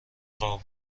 قاب